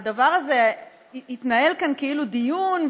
התנהל כאן כאילו דיון,